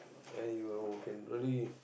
i eman you can really